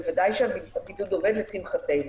בוודאי שהבידוד עובד, לשמחתנו.